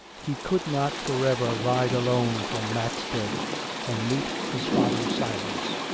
he could not for ever ride alone from matstead and meet his father's silence.